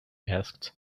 asked